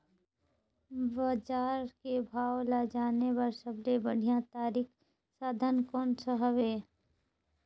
बजार के भाव ला जाने बार सबले बढ़िया तारिक साधन कोन सा हवय?